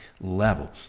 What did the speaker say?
level